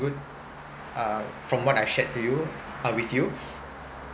good uh from what I shared to you uh with you